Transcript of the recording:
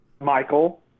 Michael